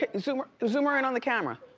ah zoom zoom her in on the camera.